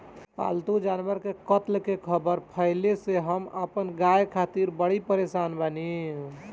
पाल्तु जानवर के कत्ल के ख़बर फैले से हम अपना गाय खातिर बड़ी परेशान बानी